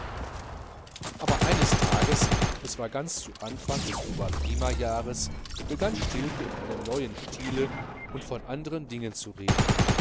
aber eines tages es war ganz zu anfang des oberprima jahres begann stilpe in einem neuen stile und von anderen dingen zu reden